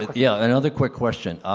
yeah, another quick question.